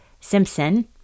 Simpson